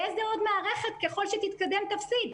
באיזה עוד מערכת ככל שתתקדם תפסיד?